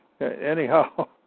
Anyhow